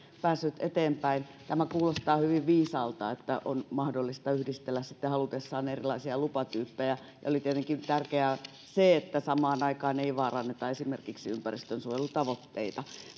päässyt eteenpäin tämä kuulostaa hyvin viisaalta että on mahdollista yhdistellä halutessaan erilaisia lupatyyppejä ja on tietenkin tärkeää se että samaan aikaan ei vaaranneta esimerkiksi ympäristönsuojelutavoitteita